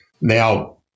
Now